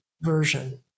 version